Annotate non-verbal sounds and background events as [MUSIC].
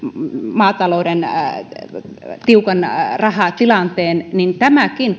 maatalouden tiukan rahatilanteen niin tämäkin [UNINTELLIGIBLE]